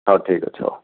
ହଉ ଠିକ୍ ଅଛି ହଉ